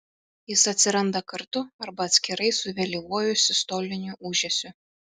jis atsiranda kartu arba atskirai su vėlyvuoju sistoliniu ūžesiu